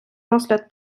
розгляд